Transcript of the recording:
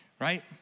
right